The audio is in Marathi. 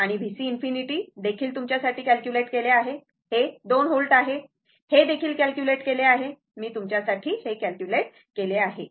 आणि VC ∞ देखील तुमच्यासाठी कॅलक्युलेट केले आहे हे 2 व्होल्ट आहे हे देखील कॅलक्युलेट केले आहे मी तुमच्यासाठी कॅलक्युलेट केले आहे